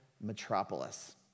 metropolis